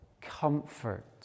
comfort